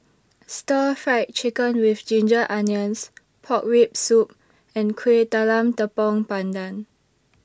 Stir Fried Chicken with Ginger Onions Pork Rib Soup and Kueh Talam Tepong Pandan